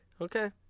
Okay